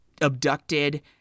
abducted